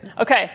Okay